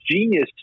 genius